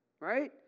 Right